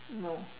no